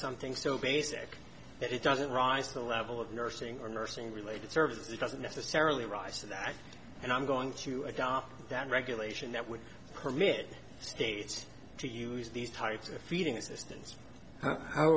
something so basic that it doesn't rise to the level of nursing or nursing related services it doesn't necessarily rise to that and i'm going to adopt that regulation that would permit states to use these types of feeding assistance how